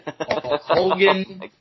Hogan